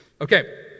Okay